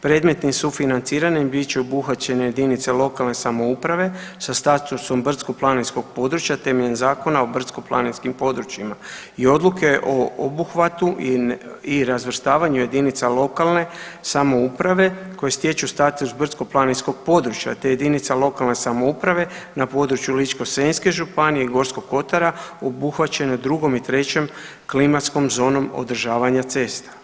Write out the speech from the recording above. Predmetnim sufinanciranjem bit će obuhvaćene jedinice lokalne samouprave sa statusom brdsko-planinskog područja temeljem Zakona o brdsko-planinskim područjima i odluke o obuhvatu i razvrstavanju jedinica lokalne samouprave koji stječu status brdsko-planinskog područja te jedinica lokalne samouprave na području Ličko-senjske županije, Gorskog kotara obuhvaćeno je drugom i trećom klimatskom zonom održavanja cesta.